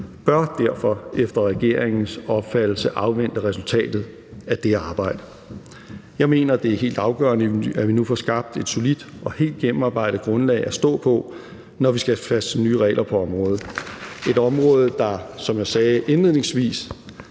bør derfor efter regeringens opfattelse afvente resultatet af det arbejde. Kl. 16:13 Jeg mener, det er helt afgørende, at vi nu får skabt et solidt og helt gennemarbejdet grundlag at stå på, når vi skal fastsætte nye regler på området. Det er et område, der, som jeg sagde indledningsvis,